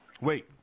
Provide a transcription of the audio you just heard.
Wait